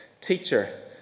teacher